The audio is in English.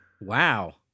Wow